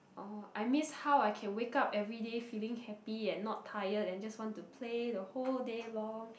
oh I miss how I can wake up everyday feeling happy and not tired and just want to play the whole day long